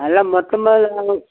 அதெல்லாம் மொத்தமாக தாங்க